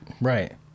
right